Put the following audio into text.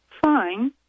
fine